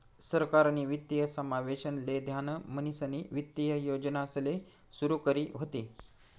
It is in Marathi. सरकारनी वित्तीय समावेशन ले ध्यान म्हणीसनी वित्तीय योजनासले सुरू करी व्हती